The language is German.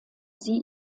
sie